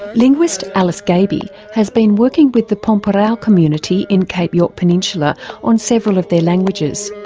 linguist alice gaby has been working with the pormpuraaw community in cape york peninsula on several of their languages.